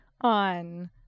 on